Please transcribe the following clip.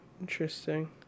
Interesting